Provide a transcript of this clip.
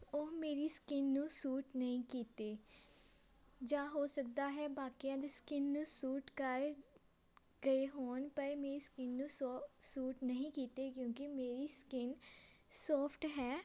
ਉਹ ਮੇਰੀ ਸਕਿੰਨ ਨੂੰ ਸੂਟ ਨਹੀਂ ਕੀਤੇ ਜਾਂ ਹੋ ਸਕਦਾ ਹੈ ਬਾਕੀਆਂ ਦੀ ਸਕਿੰਨ ਨੂੰ ਸੂਟ ਕਰ ਗਏ ਹੋਣ ਪਰ ਮੇਰੀ ਸਕਿੰਨ ਨੂੰ ਸੋ ਸੂਟ ਨਹੀਂ ਕੀਤੇ ਕਿਉਂਕਿ ਮੇਰੀ ਸਕਿੰਨ ਸੋਫਟ ਹੈ